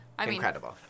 Incredible